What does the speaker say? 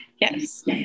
Yes